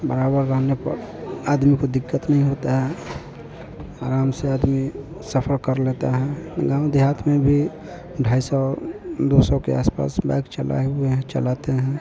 बराबर रहने पर आदमी को दिक्कत नहीं होता है आराम से आदमी सफर कर लेते हैं गाँव देहात में भी ढाई सौ दो सौ के आस पास बाइक चलाए हुए हैं चलाते हैं